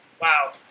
Wow